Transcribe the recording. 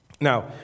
Now